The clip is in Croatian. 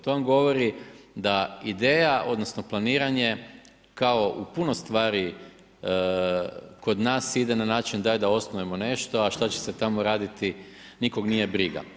To vam govori da ideja odnosno planiranje kao u puno stvari kod nas ide na način daj da osnujemo nešto a šta će se tamo raditi, nikog nije briga.